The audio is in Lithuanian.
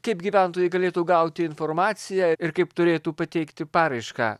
kaip gyventojai galėtų gauti informaciją ir kaip turėtų pateikti paraišką